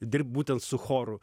dirbt būtent su choru